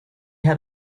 had